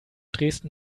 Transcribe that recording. dresden